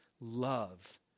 love